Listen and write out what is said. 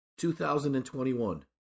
2021